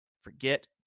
forget